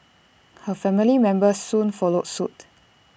her family members soon followed suit